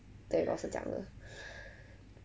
对我是这样的